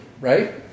Right